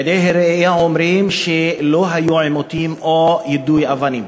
עדי ראייה אומרים שלא היו עימותים או יידוי אבנים,